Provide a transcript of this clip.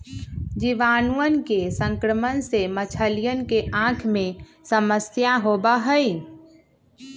जीवाणुअन के संक्रमण से मछलियन के आँख में समस्या होबा हई